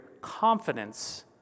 confidence